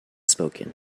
spoken